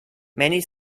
many